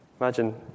Imagine